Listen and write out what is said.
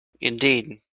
Indeed